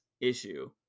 issue